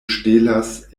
ŝtelas